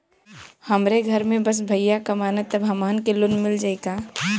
हमरे घर में बस भईया कमान तब हमहन के लोन मिल जाई का?